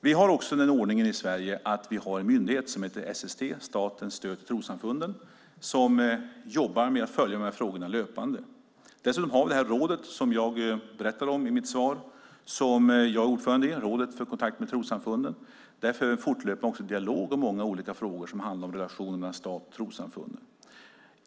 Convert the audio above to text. Vi har också den ordningen i Sverige att myndigheten SST, Nämnden för statligt stöd till trossamfund, jobbar med att följa dessa frågor löpande. Dessutom har vi Regeringens råd för kontakt med trossamfunden som jag berättade om i mitt interpellationssvar och som jag är ordförande i. Där för vi en fortlöpande dialog om många olika frågor som handlar om relationen mellan stat och trossamfund.